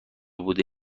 بوده